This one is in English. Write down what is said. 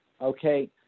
okay